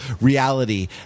reality